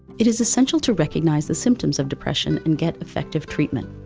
it is essential to recognize the symptoms of depression and get effective treatment.